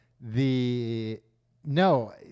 The—no